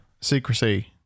secrecy